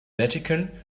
vatican